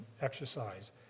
exercise